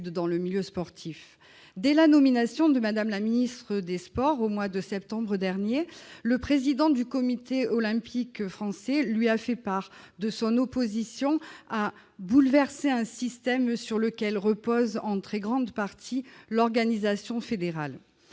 dans le milieu sportif. Dès la nomination de Mme la ministre des sports, au mois de septembre dernier, le président du Comité national olympique et sportif français lui a fait part de son opposition au bouleversement d'un « système sur lequel repose en très grande partie l'organisation fédérale